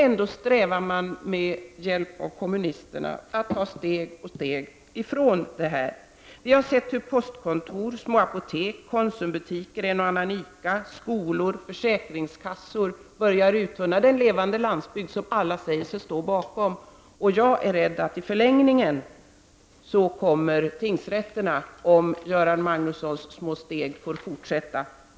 Ändå strävar socialdemokraterna med hjälp av kommunisterna att ta steg för steg från detta. Vi har sett hur nedläggning av postkontor, apotek, konsumbutiker, en och annan ICA-affär, skolor och försäkringskassor börjar uttunna den levande landsbygd som alla säger sig stå bakom. Om Göran Magnussons små steg får fortsätta är jag rädd att det i förlängningen blir tingsrätterna.